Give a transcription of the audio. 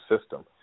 system